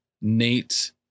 nate